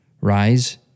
Rise